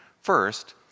First